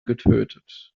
getötet